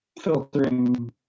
filtering